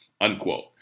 Unquote